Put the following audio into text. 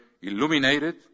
illuminated